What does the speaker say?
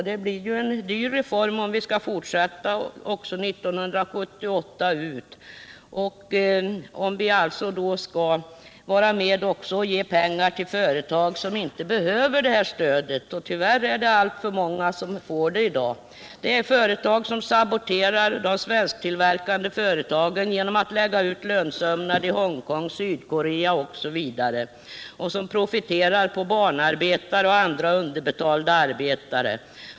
Det blir en dyr reform om vi skall fortsätta också 1978 ut och därvid också ge pengar till företag som inte behöver detta stöd. Tyvärr finns det alltför många sådana i dag. Det är företag som saboterar de svensktillverkande företagen genom att lägga ut lönsömnad i Hongkong, Sydkorea osv. och som profiterar på barnarbetare och andra underbetalda arbetare.